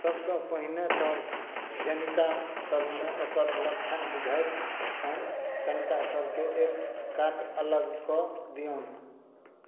सबसँ पहिने तऽ जनिका सबमे एकर लक्षण बुझाइत छनि तनिका सबके एक कात अलग कऽ दियौन